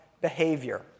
behavior